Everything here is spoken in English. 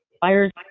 fires